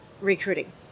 recruiting